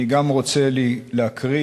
גם אני רוצה להקריא,